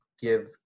give